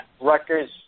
Rutgers